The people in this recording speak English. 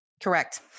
Correct